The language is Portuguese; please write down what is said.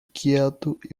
quieto